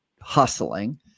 hustling